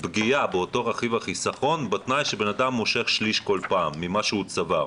פגיעה באותו רכיב חיסכון בתנאי שבן אדם מושך שליש כל פעם ממה שהוא צבר?